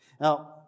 Now